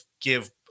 give